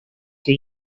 que